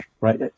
right